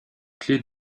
clé